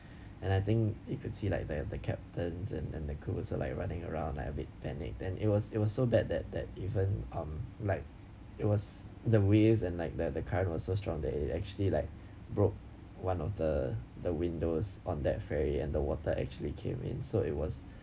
and I think it could see like the the captains and and the crews was like running around like a bit panicked then it was it was so bad that that even um like it was the waves and like the the current was so strong that it actually like broke one of the the windows on that ferry and the water actually came in so it was